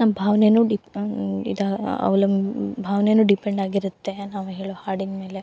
ನಮ್ಮ ಭಾವ್ನೆಯೂ ಡಿಪ್ ಇದು ಅವ್ಲಂ ಭಾವ್ನೆಯೂ ಡಿಪೆಂಡ್ ಆಗಿರುತ್ತೆ ನಾವು ಹೇಳೋ ಹಾಡಿನ ಮೇಲೆ